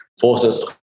forces